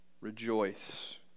rejoice